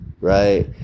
right